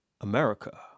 America